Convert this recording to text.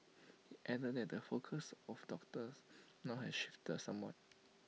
he added that the focus of doctors now has shifted somewhat